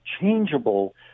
changeable